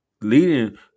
leading